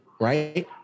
right